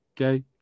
okay